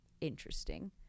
interesting